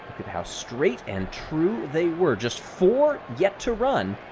how straight and true they were. just four yet to run,